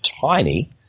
tiny